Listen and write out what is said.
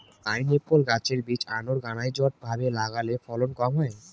pineapple গাছের বীজ unorganised ভাবে লাগালে ফলন কম হয়